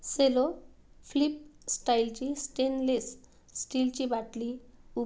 Cello flip स्टाईलची stainless स्टीलची बाटली उपलब्ध आहे का